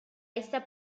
esta